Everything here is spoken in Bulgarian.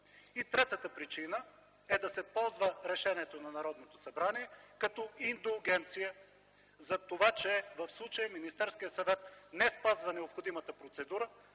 И третата причина е да се ползва решението на Народното събрание като индулгенция за това, че в случая Министерският съвет не спазва необходимата процедура